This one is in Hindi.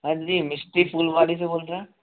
हाँ जी मिस्टी फूल वाले से बोल रहे है